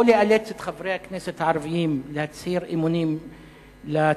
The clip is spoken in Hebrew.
או לאלץ את חברי הכנסת הערבים להצהיר אמונים לציונות,